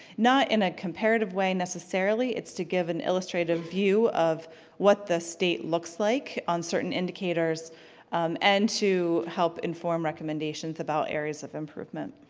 not in a comparative way necessarily, it's to give an illustrative view of what the state looks like on certain indicators and to help inform recommendations about areas of improvement.